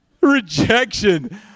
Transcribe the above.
Rejection